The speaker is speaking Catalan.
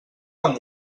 amb